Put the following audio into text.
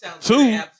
two